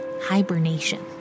Hibernation